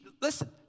Listen